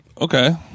Okay